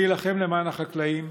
אני אילחם למען החקלאים,